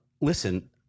listen